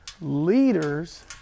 Leaders